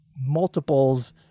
multiples